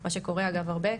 מה שקורה אגב הרבה.